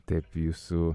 taip jūsų